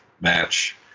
match